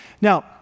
Now